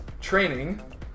training